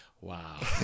wow